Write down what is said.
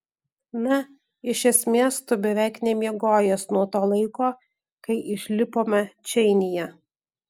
na iš esmės tu beveik nemiegojęs nuo to laiko kai išlipome čeinyje